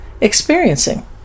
experiencing